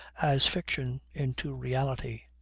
as fiction into reality.